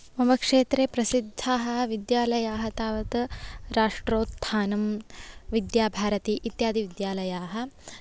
मम क्षेत्रे प्रसिद्धाः विद्यालयाः तावत् राष्ट्रोत्थानम् विद्याभरती इत्यादि विद्यालयाः